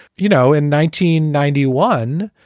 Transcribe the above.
you know in nineteen ninety one